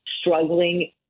struggling